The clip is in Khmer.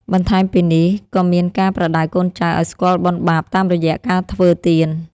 បន្ថែមពីនេះក៏មានការប្រដៅកូនចៅឱ្យស្គាល់បុណ្យបាបតាមរយៈការធ្វើទាន។